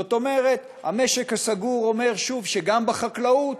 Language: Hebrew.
זאת אומרת, המשק הסגור אומר שוב שגם בחקלאות